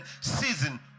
season